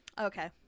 Okay